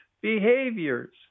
behaviors